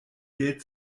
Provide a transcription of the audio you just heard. geld